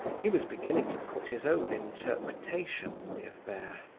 he was beginning to put his own interpretation on the affair.